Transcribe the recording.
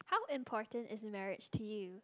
how important is marriage to you